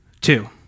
Two